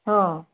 ହଁ